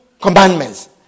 commandments